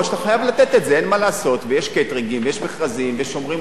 ויש קייטרינגים ויש מכרזים ושומרים על תנאי בריאות.